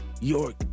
York